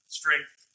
strength